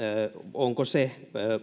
onko se